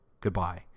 Goodbye